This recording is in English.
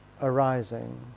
arising